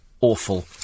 awful